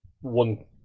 one